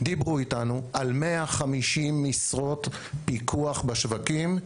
דיברו איתנו על 150 משרות פיקוח בשווקים.